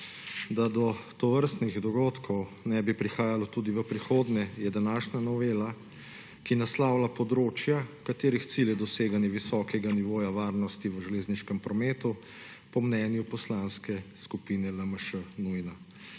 Da do tovrstnih dogodkov ne bi prihajalo tudi v prihodnje, je današnja novela, ki naslavlja področja, katerih cilj je doseganje visokega nivoja varnosti v železniškem prometu, po mnenju Poslanske skupine LMŠ